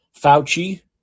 Fauci